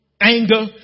anger